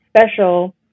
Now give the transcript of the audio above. special